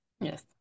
yes